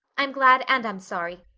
i'm glad and i'm sorry.